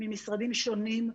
ממשרדים שונים.